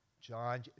John